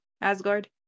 Asgard